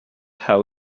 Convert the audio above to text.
how